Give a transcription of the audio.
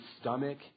stomach